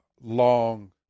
long